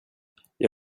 jag